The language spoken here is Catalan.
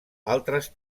altres